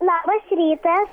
labas rytas